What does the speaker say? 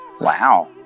Wow